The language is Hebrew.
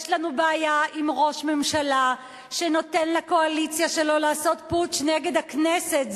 יש לנו בעיה עם ראש ממשלה שנותן לקואליציה שלו לעשות פוטש נגד הכנסת,